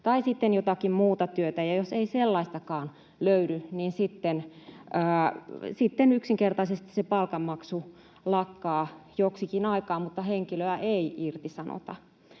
tai sitten jotakin muuta työtä, ja jos ei sellaistakaan löydy, sitten yksinkertaisesti palkanmaksu lakkaa joksikin aikaa, mutta henkilöä ei irtisanota.